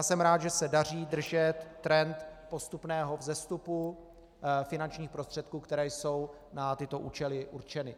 Jsem rád, že se daří držet trend postupného vzestupu finančních prostředků, které jsou na tyto účely určeny.